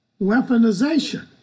Weaponization